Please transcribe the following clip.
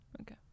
Okay